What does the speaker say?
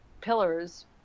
pillars